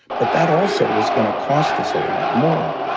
but that also is going to cost us a lot more.